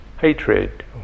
hatred